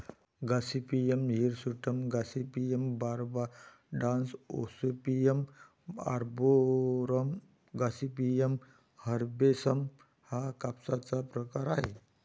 Gossypium hirsutum, Gossypium barbadense, Gossypium arboreum, Gossypium herbaceum हा कापसाचा प्रकार आहे